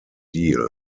deal